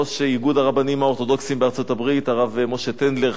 ראש איגוד הרבנים האורתודוקסים בארצות-הברית הרב משה טנדלר,